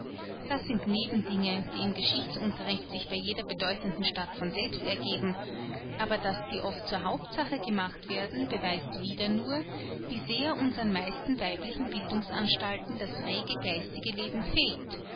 das sind nebendinge die im geschichtsunterricht sich bei jeder bedeutenden stadt von selbst ergeben aber daß sie oft zur hauptsache gemacht werden beweist wieder nur wie sehr unsern meisten weiblichen bildungsanstalten das rege geistige leben fehlt